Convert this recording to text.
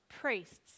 Priests